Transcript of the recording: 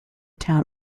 town